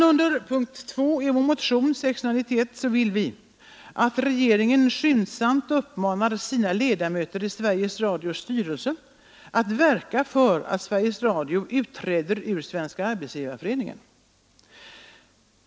Under punkt 2 i vår motion 691 vill vi att regeringen skyndsamt uppmanar sina ledamöter i Sveriges Radios styrelse att verka för att Sveriges Radio utträder ur Svenska arbetsgivareföreningen.